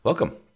Welcome